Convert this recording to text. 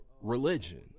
religion